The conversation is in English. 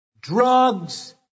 drugs